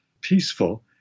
peaceful